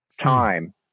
time